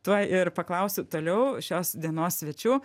tuoj ir paklausiu toliau šios dienos svečių